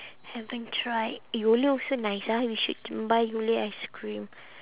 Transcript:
haven't tried eh yole also nice ah we should can buy yole ice cream